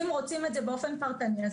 אם רוצים את זה באופן פרטני,